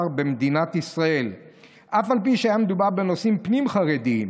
במדינת ישראל אף על פי שהיה מדובר בנושאים פנים-חרדיים.